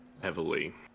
Heavily